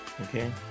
Okay